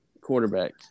quarterback